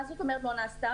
מה זאת אומרת לא נעשתה?